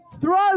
throw